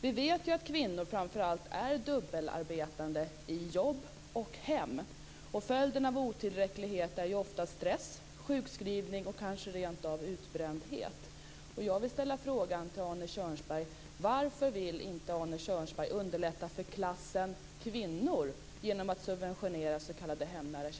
Vi vet att framför allt kvinnor är dubbelarbetande i jobb och hem. Följden av otillräcklighet är ofta stress, sjukskrivning och kanske rentav utbrändhet.